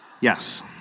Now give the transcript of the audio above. Yes